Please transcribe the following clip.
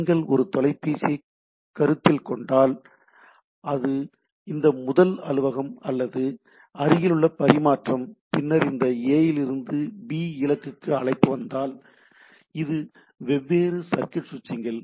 நீங்கள் ஒரு தொலைபேசியைக் கருத்தில் கொண்டால் இது இந்த முதல் அலுவலகம் அல்லது இந்த அருகிலுள்ள பரிமாற்றம் பின்னர் இந்த ஏ இலிருந்து பி இலக்குக்கு அழைப்பு வந்தால் இது வெவ்வேறு சுவிட்ச் சர்க்யூட்டில் செல்கிறது